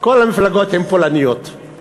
כל המפלגות הן פולניות.